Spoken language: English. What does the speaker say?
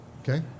okay